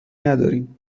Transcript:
نداریم